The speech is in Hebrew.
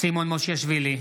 סימון מושיאשוילי,